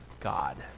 God